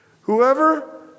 Whoever